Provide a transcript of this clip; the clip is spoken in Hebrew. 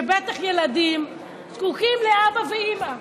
ובטח ילדים זקוקים לאבא ואימא,